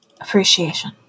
appreciation